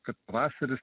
kad pavasaris